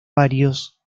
varios